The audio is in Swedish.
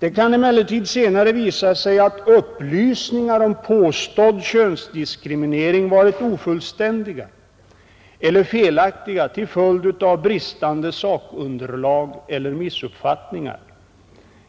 Det kan emellertid senare visa sig att upplysningar om påstådd könsdiskriminering varit ofullständiga eller felaktiga till följd av missuppfattningar eller bristande sakunderlag.